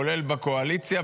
כולל בקואליציה,